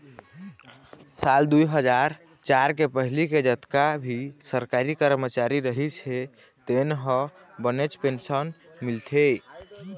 साल दुई हजार चार के पहिली के जतका भी सरकारी करमचारी रहिस हे तेन ल बनेच पेंशन मिलथे